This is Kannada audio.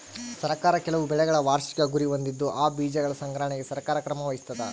ಸರ್ಕಾರ ಕೆಲವು ಬೆಳೆಗಳ ವಾರ್ಷಿಕ ಗುರಿ ಹೊಂದಿದ್ದು ಆ ಬೀಜಗಳ ಸಂಗ್ರಹಣೆಗೆ ಸರ್ಕಾರ ಕ್ರಮ ವಹಿಸ್ತಾದ